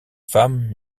femmes